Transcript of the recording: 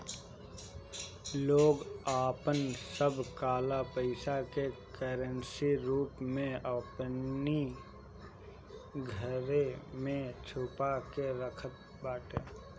लोग आपन सब काला पईसा के करेंसी रूप में अपनी घरे में छुपा के रखत बाटे